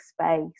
space